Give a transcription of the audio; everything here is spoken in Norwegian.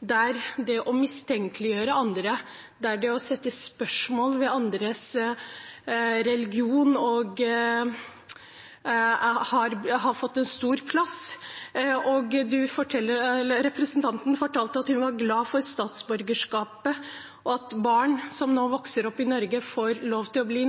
der det å mistenkeliggjøre andre, der det å sette spørsmåltegn ved andres religion, har fått stor plass. Representanten fortalte at hun er glad for statsborgerskapet – at barn som nå vokser opp i